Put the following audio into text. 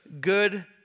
good